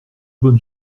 bonne